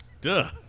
Duh